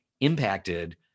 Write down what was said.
impacted